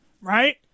right